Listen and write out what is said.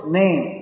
name